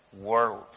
world